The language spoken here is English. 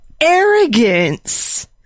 arrogance